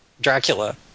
Dracula